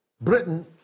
Britain